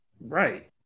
right